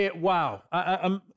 Wow